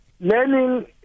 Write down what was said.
learning